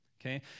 Okay